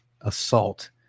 assault